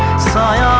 sky